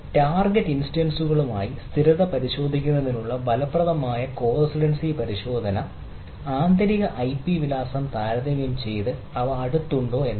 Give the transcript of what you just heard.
target ഇൻസ്റ്റൻസസ്കളുമായി സ്ഥിരത പരിശോധിക്കുന്നതിനുള്ള ഫലപ്രദമായ കോ റെസിഡൻസി പരിശോധന ആന്തരിക ഐപി വിലാസം താരതമ്യം ചെയ്ത് അവ അടുത്തുണ്ടോ എന്ന്